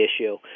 issue